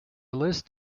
list